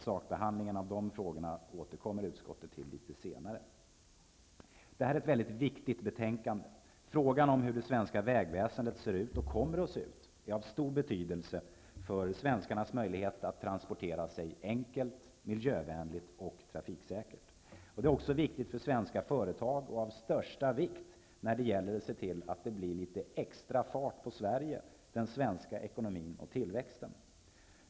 Sakbehandlingen av den frågan återkommer utskottet till litet senare. Det här är ett väldigt viktigt betänkande. Frågan om hur det svenska vägväsendet ser ut och kommer att se ut är av stor betydelse för svenskarnas möjlighet att transportera sig enkelt, miljövänligt och trafiksäkert. Det är också viktigt för svenska företag och av största vikt när det gäller att se till att det blir extra fart på Sverige, den svenska ekonomin och tillväxten.